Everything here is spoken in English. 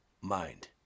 mind